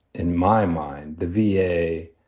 in my mind, the v a.